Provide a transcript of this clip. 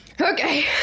Okay